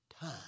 time